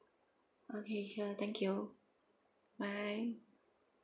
okay sure thank you bye